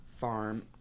farm